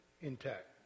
intact